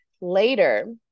later